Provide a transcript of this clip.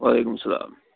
وعلیکُم السلام